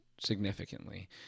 significantly